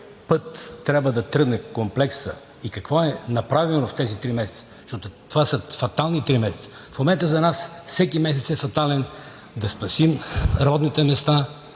път трябва да тръгне Комплексът и какво е направено в тези три месеца, защото това са фатални три месеца? В момента за нас всеки месец е фатален да спасим работните места